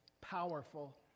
powerful